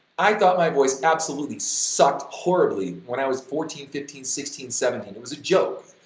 i thought my voice absolutely sucked horribly when i was fourteen, fifteen, sixteen, seventeen, it was a joke,